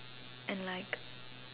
and like